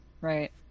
Right